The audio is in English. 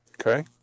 okay